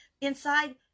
inside